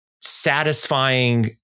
satisfying